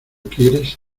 quieres